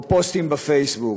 או פוסטים בפייסבוק.